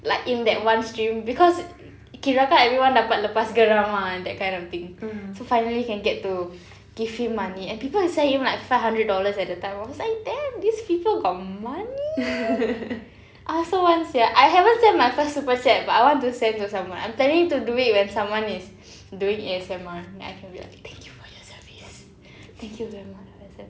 like in that one stream because kirakan everyone dapat lepas geram ah that kind of thing so finally can get to give him money and people will send him like five hundred dollars at the time I was like damn these people got money I also want sia I haven't sent my first super chat but I want to send to someone I'm planning to do it when someone is doing A_S_M_R then I can be like thank you for your service thank you very much